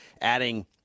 adding